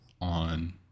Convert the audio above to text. on